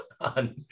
on